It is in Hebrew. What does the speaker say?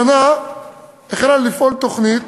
השנה החלה לפעול תוכנית,